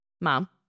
Mom